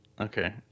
Okay